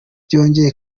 byongeye